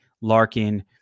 Larkin